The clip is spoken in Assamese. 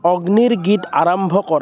অগ্নিৰ গীত আৰম্ভ কৰ